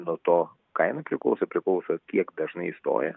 nuo to kaina priklauso priklauso kiek dažnai stoja